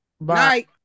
Bye